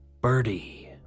Birdie